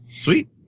Sweet